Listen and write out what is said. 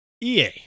EA